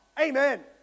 Amen